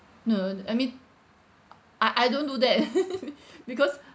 no I mean I I don't do that because